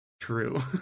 True